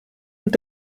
und